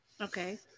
Okay